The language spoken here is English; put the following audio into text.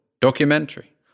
Documentary